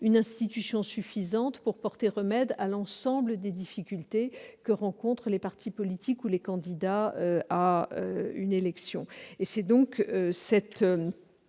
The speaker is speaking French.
une institution suffisante pour remédier à l'ensemble des difficultés rencontrées par les partis politiques ou les candidats à une élection. C'est pour cette